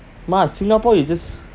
mah singapore is just